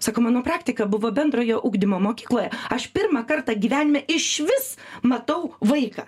sako mano praktika buvo bendrojo ugdymo mokykloje aš pirmą kartą gyvenime išvis matau vaiką